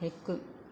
हिकु